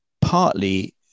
partly